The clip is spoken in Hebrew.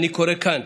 אני קורא כאן